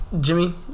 Jimmy